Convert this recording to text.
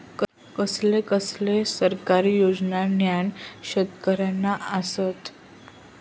कसले कसले सरकारी योजना न्हान शेतकऱ्यांना आसत?